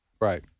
Right